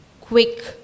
quick